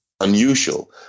unusual